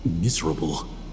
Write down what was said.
miserable